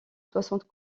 soixante